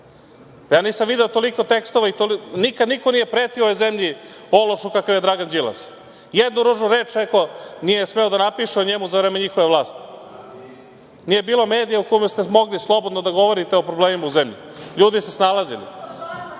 ja nisam video toliko tekstova i toliko… Nikad niko nije pretio u ovoj zemlji ološu kakav je Dragan Đilas. Jednu ružnu reč neko nije smeo da napiše o njemu za vreme njihove vlasti. Nije bilo medija u kome ste mogli slobodno da govorite o problemima u zemlji. Ljudi se snalazili. Srpska